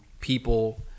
people